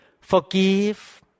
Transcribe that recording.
forgive